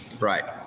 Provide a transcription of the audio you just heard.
Right